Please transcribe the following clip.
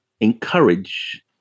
encourage